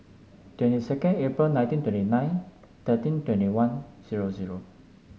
twenty second April nineteen twenty nine thirteen twenty one zero zero